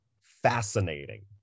fascinating